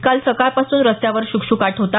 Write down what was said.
काल सकाळपासूनच रस्त्यांवर श्कश्काट होता